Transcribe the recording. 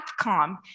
CAPCOM